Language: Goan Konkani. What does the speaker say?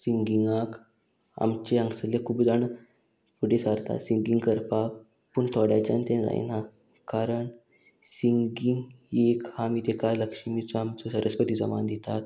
सिंगिंगाक आमचे हांगसले खूब जाण फुडें सरता सिंगींग करपाक पूण थोड्याच्यान तें जायना कारण सिंगींग ही एक आमी तेका लक्ष्मीचो आमचो सरस्वतिचो मान दितात